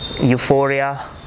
Euphoria